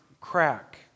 crack